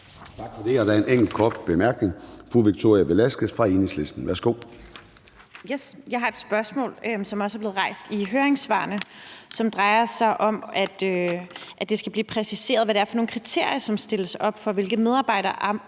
Tak for det. Der er en enkelt kort bemærkning. Fru Victoria Velasquez fra Enhedslisten. Værsgo. Kl. 13:35 Victoria Velasquez (EL): Jeg har et spørgsmål, som også er blevet rejst i høringssvarene, som drejer sig om, at det skal præciseres, hvad det er for nogle kriterier, der stilles op for, hvilke medarbejdere